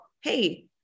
Hey